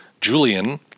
Julian